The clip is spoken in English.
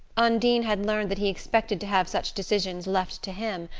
undine had learned that he expected to have such decisions left to him,